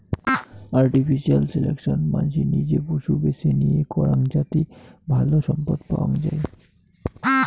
artificial selection মানসি নিজে পশু বেছে নিয়ে করাং যাতি ভালো সম্পদ পাওয়াঙ যাই